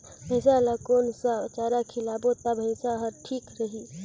भैसा ला कोन सा चारा खिलाबो ता भैंसा हर ठीक रही?